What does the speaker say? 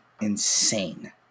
insane